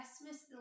Christmas